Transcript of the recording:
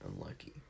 Unlucky